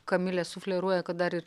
kamilė sufleruoja kad dar ir